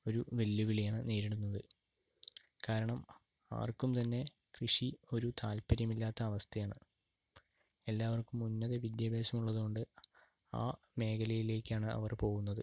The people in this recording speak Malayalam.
ഒരു വെല്ലുവിളിയാണ് നേരിടുന്നത് കാരണം ആര്ക്കുംതന്നെ കൃഷി ഒരു താല്പര്യമില്ലാത്ത അവസ്ഥയാണ് എല്ലാവര്ക്കും ഉന്നത വിദ്യാഭ്യാസമുള്ളതുകൊണ്ട് ആ മേഖലയിലേക്കാണ് അവര് പോകുന്നത്